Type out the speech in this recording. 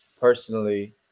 personally